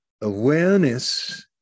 awareness